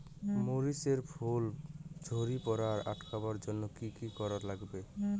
মরিচ এর ফুল ঝড়ি পড়া আটকাবার জইন্যে কি কি করা লাগবে?